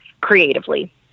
creatively